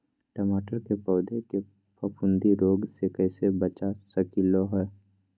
टमाटर के पौधा के फफूंदी रोग से कैसे बचा सकलियै ह?